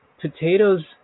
potatoes